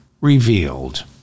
revealed